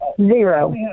Zero